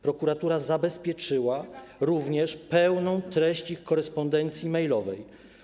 Prokuratura zabezpieczyła również pełną treść ich korespondencji e-mailowej.